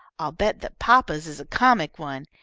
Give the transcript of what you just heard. i'll bet that papa's is a comic one.